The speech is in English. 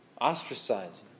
Ostracizing